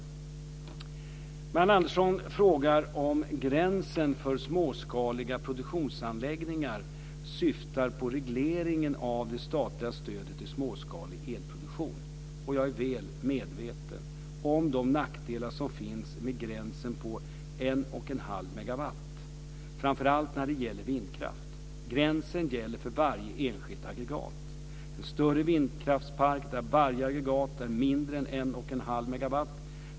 Marianne Anderssons fråga om gränsen för småskaliga produktionsanläggningar syftar på regleringen av det statliga stödet till småskalig elproduktion. Jag är väl medveten om de nackdelar som finns med gränsen på 1 1⁄2 megawatt, framför allt när det gäller vindkraft. Gränsen gäller för varje enskilt aggregat.